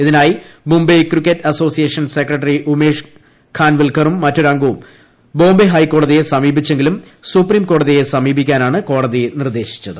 ഇതിനായി Mumbai cricket association secretary Umesh ഖാൻവിൽക്കറും മറ്റൊരംഗവും ബോംബെ ഹൈക്കോടതിയെ സമീപിച്ചെങ്കിലും സുപ്രീം കോടതിയെ സമീപിക്കാനാണ് കോടതി നിർദ്ദേശിച്ചത്